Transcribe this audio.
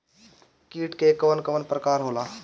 कीट के कवन कवन प्रकार होला?